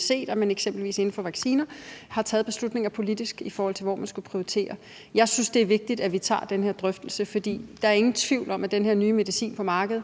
set, at man eksempelvis inden for vaccineområdet har taget politiske beslutninger, i forhold til hvor man skulle prioritere. Jeg synes, det er vigtigt, at vi tager den her drøftelse, for der er ingen tvivl om, at den her nye medicin på markedet